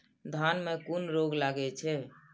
धान में कुन रोग लागे छै?